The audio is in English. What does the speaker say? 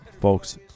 folks